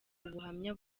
ubuhamya